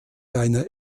einer